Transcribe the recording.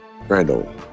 Randall